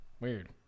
weird